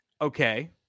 Okay